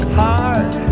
heart